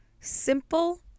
simple